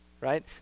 Right